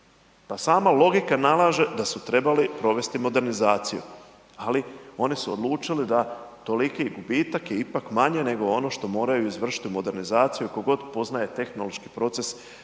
pa sam logika nalaže da su trebali provesti modernizaciju ali oni su odlučili da toliki gubitak je ipak manje nego ono što moraju izvršiti u modernizaciju i tko god poznaje tehnološki proces